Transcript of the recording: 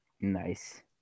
Nice